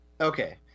okay